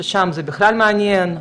ששם זה בכלל מעניין,